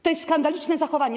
To jest skandaliczne zachowanie.